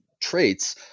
traits